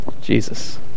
Jesus